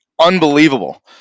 unbelievable